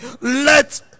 Let